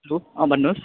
hello भन्नुहोस्